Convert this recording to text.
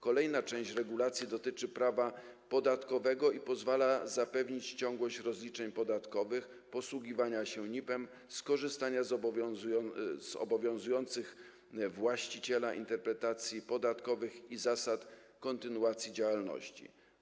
Kolejna część regulacji dotyczy prawa podatkowego i pozwala zapewnić ciągłość w zakresie rozliczeń podatkowych, posługiwania się NIP-em, korzystania z obowiązujących właściciela interpretacji podatkowych i zasad kontynuacji działalności.